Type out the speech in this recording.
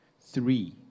Three